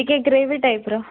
ଟିକେ ଗ୍ରେଭି ଟାଇପ୍ର